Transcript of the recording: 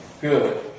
Good